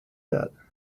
that